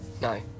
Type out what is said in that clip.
No